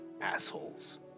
assholes